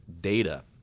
data